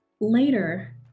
Later